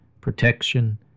protection